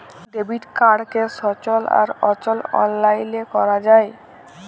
debit কাড়কে সচল আর অচল অললাইলে ক্যরা যায়